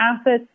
assets